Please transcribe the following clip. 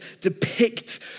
depict